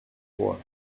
voix